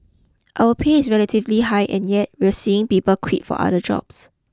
our pay is relatively high and yet we're seeing people quit for other jobs